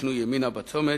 יפנו ימינה בצומת,